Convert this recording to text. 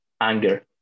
anger